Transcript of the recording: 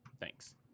Thanks